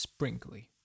sprinkly